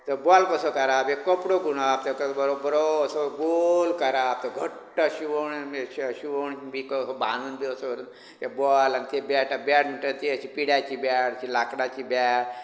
तें बॉल कसो करप एक कपडो गुंडाळप ताका ब बरो असो गोल करप तो घट्ट अशी वळोवन बीन शिवण बीन अशी बांदून बी असो तो बॉल आनी बॅट म्हणटात ती पिड्याची बॅट लाकडाची बॅट